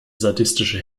sadistische